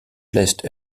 placed